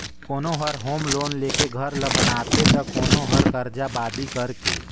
कोनो हर home loan लेके घर ल बनाथे त कोनो हर करजा बादी करके